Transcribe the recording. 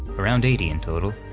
around eighty in total.